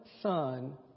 son